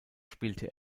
spielte